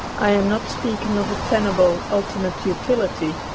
i am not speaking of a tenable ultimate utility,